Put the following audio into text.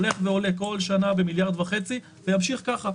הולך ועולה כל שנה במיליארד וחצי וימשיך ככה,